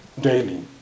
daily